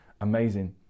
amazing